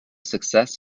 success